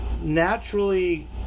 Naturally